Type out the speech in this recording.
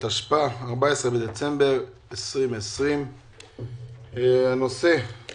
התשפ"א, 16 בדצמבר 2020. הנושא על סדר היום: